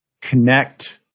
connect